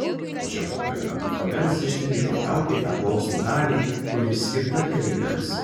po šio pokalbio ovenas ryžtingai patraukė į tą plausto dalį kuri skirta keleiviams